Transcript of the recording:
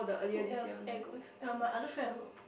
who else did I go with ye my other friend also